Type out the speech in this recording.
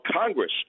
Congress